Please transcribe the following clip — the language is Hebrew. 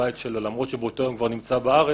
למרות שהוא באותו יום כבר נמצא בארץ.